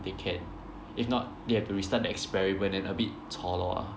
they can if not they have to restart the experiment and a bit chor-lor ah